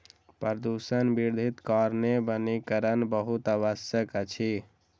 प्रदूषण वृद्धिक कारणेँ वनीकरण बहुत आवश्यक अछि